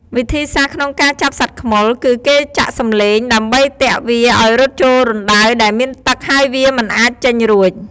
វិធីសាស្ត្រក្នុងការចាប់សត្វខ្មុល គឺគេចាក់សម្លេងដើម្បីទាក់វាឱ្យរត់ចូលក្នុងរណ្ដៅដែលមានទឹក ហើយវាមិនអាចចេញរួច។